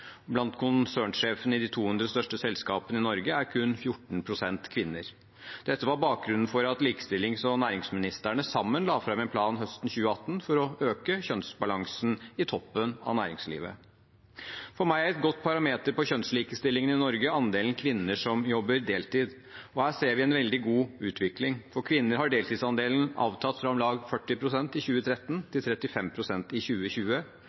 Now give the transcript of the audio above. de 200 største selskapene i Norge er kun 14 pst. kvinner. Dette var bakgrunnen for at likestillingsministeren og næringsministeren sammen la fram en plan høsten 2018 for å øke kjønnsbalansen i toppen av næringslivet. For meg er andelen kvinner som jobber deltid, en god parameter på kjønnslikestillingen i Norge, og her ser vi en veldig god utvikling. For kvinner har deltidsandelen avtatt fra om lag 40 pst. i 2013 til 35 pst. i 2020,